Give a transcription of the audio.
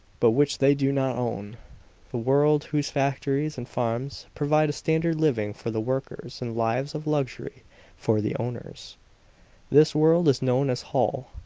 but which they do not own the world whose factories and farms provide a standard living for the workers and lives of luxury for the owners this world is known as holl.